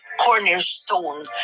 cornerstone